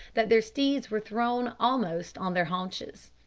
that their steeds were thrown almost on their haunches.